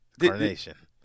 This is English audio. Carnation